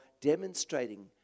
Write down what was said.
demonstrating